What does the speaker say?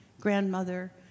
grandmother